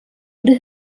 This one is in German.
oder